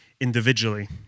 individually